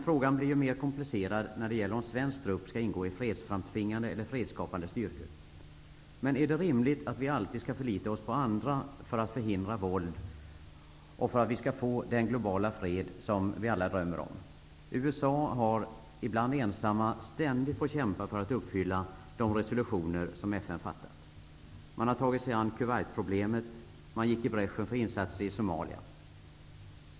Frågan blir mer komplicerad när det gäller att en svensk trupp skall ingå i fredsskapande eller fredsframtvingande styrkor. Men är det rimligt att vi alltid skall förlita oss på andra för att förhindra våld och för att skapa den globala fred som vi alla drömmer om? USA har ibland ensamt fått kämpa för att uppfylla de resolutioner som FN fattat. Man har tagit sig an Kuwaitproblemet. Man gick i bräschen för insatser i Somalia.